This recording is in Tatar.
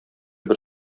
бер